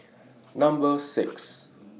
Number six